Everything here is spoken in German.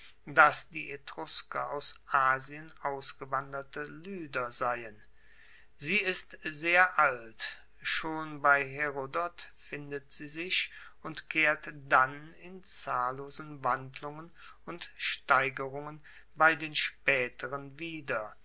dass die etrusker aus asien ausgewanderte lyder seien sie ist sehr alt schon bei herodot findet sie sich und kehrt dann in zahllosen wandlungen und steigerungen bei den spaeteren wieder